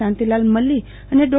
શાંતિલાલ મલ્લી અને ડો